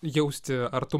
jausti ar tu